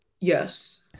yes